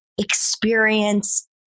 experience